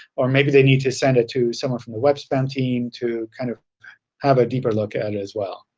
or maybe they need to send it to someone from the web spam team to kind of have a deeper look at it as well.